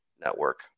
network